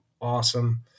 awesome